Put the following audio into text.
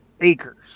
acres